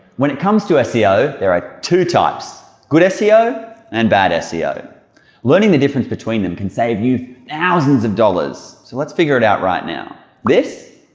when it comes to seo there are two types good seo and bad seo learning the difference between them can save you thousands of dollars. so let's figure it out right now. this?